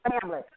family